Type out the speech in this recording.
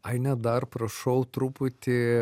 aine dar prašau truputį